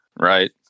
right